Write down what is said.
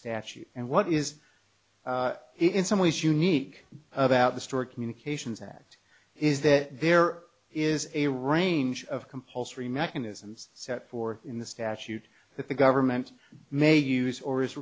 statute and what is in some ways unique about the store communications act is that there is a range of compulsory mechanisms set forth in the statute that the government may use or is